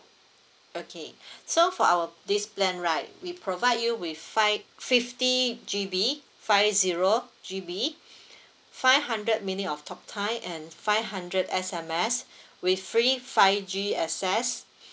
okay so for our this plan right we provide you with five fifty G_B five zero G_B five hundred minute of talk time and five hundred S_M_S with free five G access